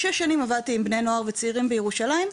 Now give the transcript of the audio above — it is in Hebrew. עבדתי עם בני נוער וצעירים בירושלים,